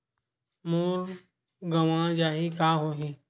मोर गंवा जाहि का होही?